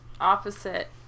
opposite